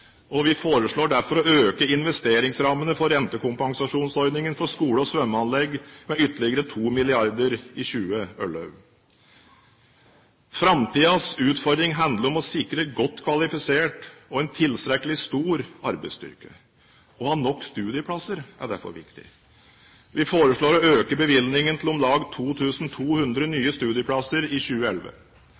og vi foreslår derfor å øke investeringsrammene for rentekompensasjonsordningen for skole- og svømmeanlegg med ytterligere 2 mrd. kr i 2011. Framtidens utfordring handler om å sikre en godt kvalifisert og tilstrekkelig stor arbeidsstyrke. Å ha nok studieplasser er derfor viktig. Vi foreslår å øke bevilgningen til om lag 2 200 nye studieplasser i 2011.